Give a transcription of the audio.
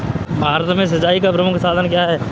भारत में सिंचाई का प्रमुख साधन क्या है?